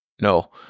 No